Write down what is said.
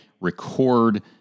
record